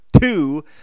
two